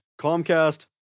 Comcast